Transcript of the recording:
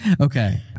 Okay